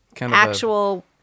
actual